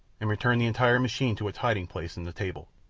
and returned the entire machine to its hiding-place in the table.